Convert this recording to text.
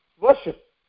worship